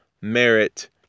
merit